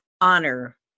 honor